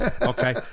Okay